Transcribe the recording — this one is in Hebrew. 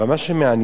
אבל מה שמעניין,